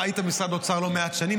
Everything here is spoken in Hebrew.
היית במשרד האוצר לא מעט שנים,